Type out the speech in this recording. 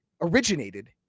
originated